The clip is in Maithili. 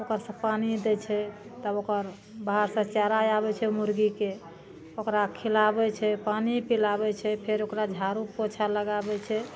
उपर सऽ पानि दै छै तब ओकर बाहर सऽ चारा आबै छै मुर्गीके ओकरा खिलाबै छै पानि पिलाबै छै फेर ओकरा झाड़ू पोछा लगाबै छै